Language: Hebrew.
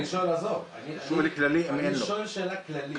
אני שואל שאלה כללית.